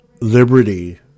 liberty